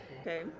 Okay